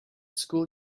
school